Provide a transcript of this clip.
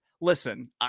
Listen